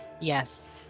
Yes